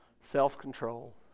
Self-control